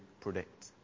predict